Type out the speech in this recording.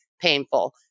Painful